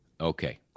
Okay